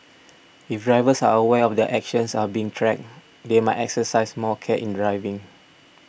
if drivers are aware that their actions are being tracked they might exercise more care in driving